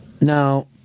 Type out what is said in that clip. Now